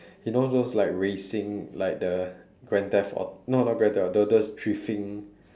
you know those like racing like the grand theft auto no no not grand theft auto the those drifting